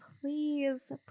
please